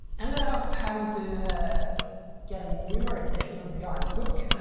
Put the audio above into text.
ended up having to get a newer edition of bjarne's book.